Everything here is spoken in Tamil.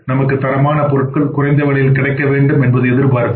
நமக்கு தரமான பொருட்கள் குறைந்த விலையில் கிடைக்க வேண்டும் என்பது எதிர்பார்ப்பு